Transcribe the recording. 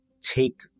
take